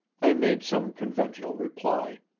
i made some conventional reply.